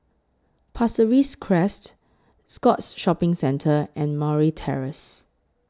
Pasir Ris Crest Scotts Shopping Centre and Murray Terrace